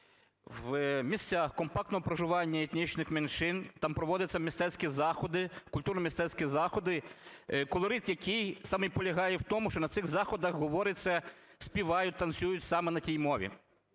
В місцях компактного проживання етнічних меншин, там проводяться мистецькі заходи, культурно-мистецькі заходи, колорит який саме полягає в тому, що на цих заходах говориться, співають, танцюють саме на тій мові,